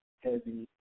heavy